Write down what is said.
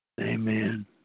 Amen